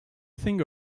thing